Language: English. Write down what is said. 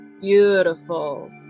Beautiful